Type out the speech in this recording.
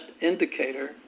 indicator